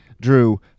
drew